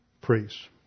priests